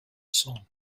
song